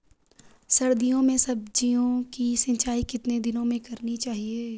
सर्दियों में सब्जियों की सिंचाई कितने दिनों में करनी चाहिए?